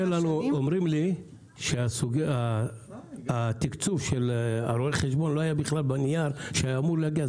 אומרים לי שהתקצוב של רואה חשבון לא היה בכלל בנייר שהיה אמור להגיע,